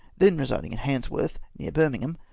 then residing at handsworth, near bu-mingham,